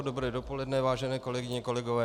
Dobré dopoledne, vážené kolegyně, kolegové.